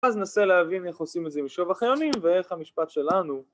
אז נסה להבין איך עושים את זה עם שובך היונים ואיך המשפט שלנו..